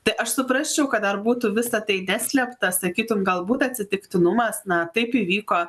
tai aš suprasčiau kad dar būtų visa tai neslėpta sakytumei galbūt atsitiktinumas na taip įvyko